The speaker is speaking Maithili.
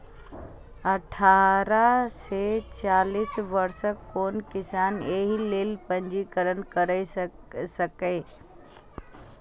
अठारह सं चालीस वर्षक कोनो किसान एहि लेल पंजीकरण करा सकैए